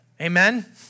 Amen